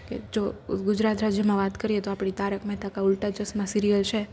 કે જો ગુજરાત રાજ્યમાં વાત કરીએ તો આપણે તારક મહેતા કા ઉલ્ટા ચશ્મા સિરિયલ છે